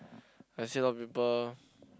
I see a lot of people